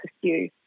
pursue